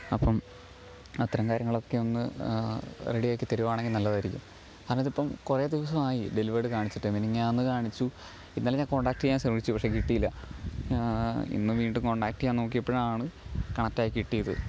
അപ്പം അത്തരം കാര്യങ്ങളൊക്കെ ഒന്ന് റെഡിയാക്കി തരികയാണെങ്കിൽ നല്ലതായിരിക്കും അതിനകത്ത് ഇപ്പം കുറെ ദിവസമായി ഡെലിവേഡ് കാണിച്ചിട്ട് മിനിങ്ങാന്ന് കാണിച്ചു ഇന്നലെ ഞാന് കോണ്ടാക്റ്റ് ചെയ്യാന് ശ്രമിച്ചു പക്ഷെ കിട്ടിയില്ല ഇന്ന് വീണ്ടും കോണ്ടാക്റ്റ് ചെയ്യാന് നോക്കിയപ്പൊഴാണ് കണക്ട് ആയി കിട്ടിയത്